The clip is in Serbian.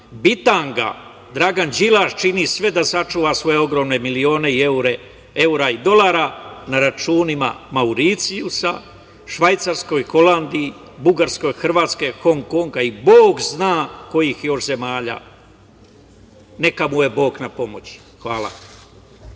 bitanga, Dragan Đilas čini sve da sačuva svoje ogromne milione i eura i dolara na računima Mauricijusa, Švajcarskoj, Holandiji, Bugarske, Hrvatske, Hong Konga i bog zna kojih još zemalja. Neka mu je Bog u pomoći. Hvala